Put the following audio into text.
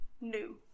new